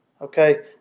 Okay